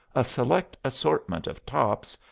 a select assortment of tops,